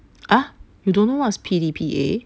!huh! you don't know what's P_D_P_A